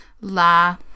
La